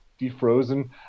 defrozen